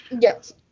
Yes